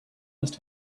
must